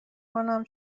کنم